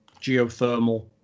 geothermal